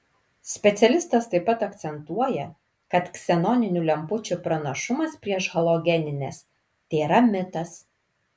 specialistas taip pat akcentuoja kad ksenoninių lempučių pranašumas prieš halogenines tėra mitas